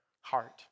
heart